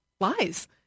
lies